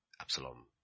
Absalom